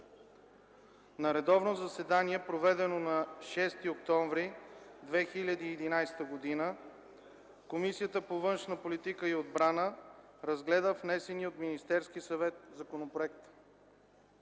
На редовно заседание, проведено на 6 октомври 2011 г., Комисията по външна политика и отбрана разгледа внесения от Министерския съвет законопроект.